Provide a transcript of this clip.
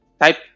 Type